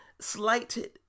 slighted